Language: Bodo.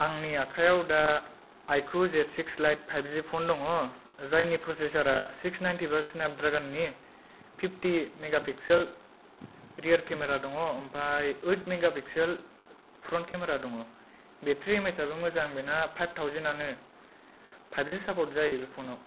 आंनि आखाइयाव दा iQOO Z six lite five G phone दङ जायनि प्रसेसरा सिक्स नाइनटिफाइभ स्नेपड्रेगननि फिफटि मेगापिकसेल रेयार केमेरा दङ ओमफ्राय ओइठ मेगापिकसेल फ्रन्ट केमेरा दङ' बेटारि हिसाबै मोजां बेना फाइफ थावजेन्डआनो फाइफजि सापर्ट जायो बे फनाव